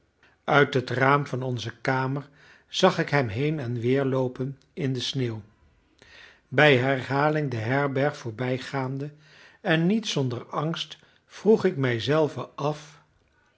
uit het raam van onze kamer zag ik hem heen-en-weer loopen in de sneeuw bij herhaling de herberg voorbijgaande en niet zonder angst vroeg ik mijzelven af